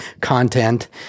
content